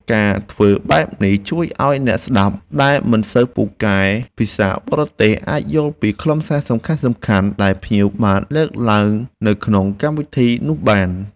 ការធ្វើបែបនេះជួយឱ្យអ្នកស្តាប់ដែលមិនសូវពូកែភាសាបរទេសអាចយល់ពីខ្លឹមសារសំខាន់ៗដែលភ្ញៀវបានលើកឡើងនៅក្នុងកម្មវិធីនោះបាន។